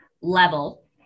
level